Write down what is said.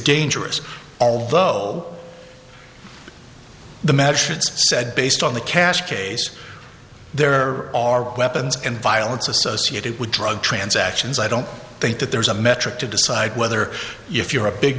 dangerous although the measure said based on the cache case there are weapons and violence associated with drug transactions i don't think that there's a metric to decide whether if you're a big